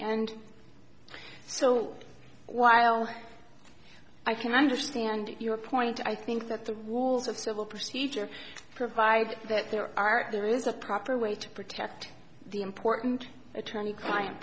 and so while i can understand your point i think that the rules of civil procedure provides that there are there is a proper way to protect the important attorney client